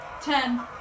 Ten